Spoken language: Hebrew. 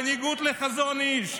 בניגוד לחזון איש,